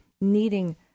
needing